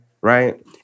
right